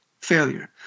failure